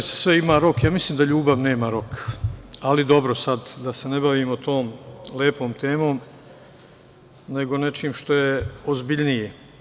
Kažete - sve ima rok, a ja mislim da ljubav nema rok, ali, dobro, sada da se ne bavimo tom lepom temom nego nečim što je ozbiljnije.